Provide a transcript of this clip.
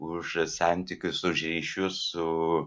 už santykius už ryšius su